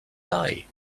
lie